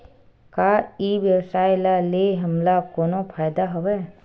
का ई व्यवसाय का ले हमला कोनो फ़ायदा हवय?